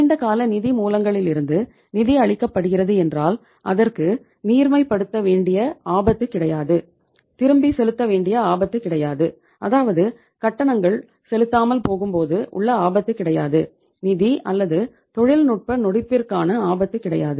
நீண்ட கால நிதி மூலங்களிலிருந்து நிதி அளிக்கப்படுகிறது என்றால் அதற்கு நீர்மை படுத்த வேண்டிய ஆபத்து கிடையாது திரும்பி செலுத்த வேண்டிய ஆபத்து கிடையாது அதாவது கட்டணங்கள் செலுத்தாமல் போகும்போது உள்ள ஆபத்து கிடையாது நிதி அல்லது தொழில்நுட்ப நொடிப்பிற்கான ஆபத்து கிடையாது